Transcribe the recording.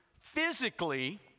physically